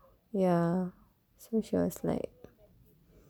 ya so she was like